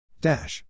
Dash